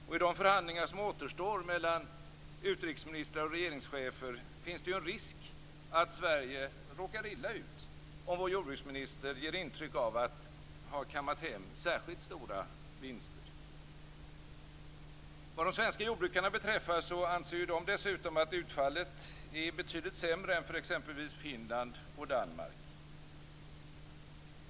Och i de förhandlingar som återstår mellan utrikesministrar och regeringschefer finns det en risk för att Sverige råkar illa ut om vår jordbruksminister ger intryck av att ha kammat hem särskilt stora vinster. De svenska jordbrukarna anser ju dessutom att utfallet är betydligt sämre än för exempelvis Finland och Danmark.